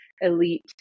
elite